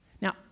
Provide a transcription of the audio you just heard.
Now